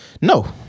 No